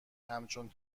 همچون